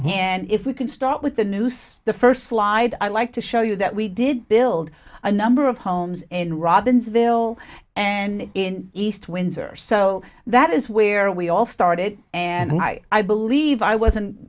and if we can start with the noose the first slide i'd like to show you that we did build a number of homes in robbinsville and in east windsor so that is where we all started and i i believe i wasn't